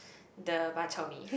the bak-chor-mee